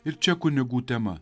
ir čia kunigų tema